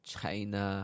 China